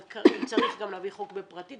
אבל צריך גם להביא חוק כהצעת חוק פרטית,